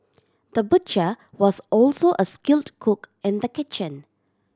the butcher was also a skilled cook in the kitchen